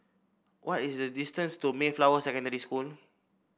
what is the distance to Mayflower Secondary School